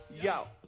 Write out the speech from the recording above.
Yo